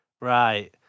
Right